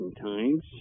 times